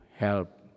help